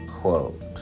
quote